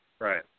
right